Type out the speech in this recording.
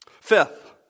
Fifth